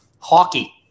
hockey